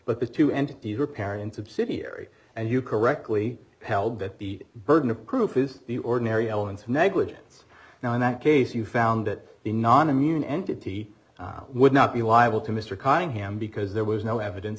but these two entities are parents of severe and you correctly held that the burden of proof is the ordinary elements of negligence now in that case you found that the non immune entity would not be liable to mr conning him because there was no evidence